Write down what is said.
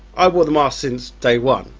i wore the mask since day one.